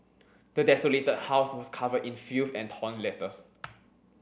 the desolated house was covered in filth and torn letters